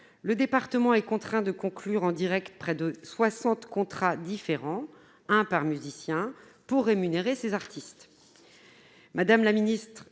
le département est contraint de conclure en direct près de soixante contrats différents- un par musicien -pour rémunérer ces artistes.